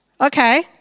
okay